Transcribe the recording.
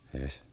Yes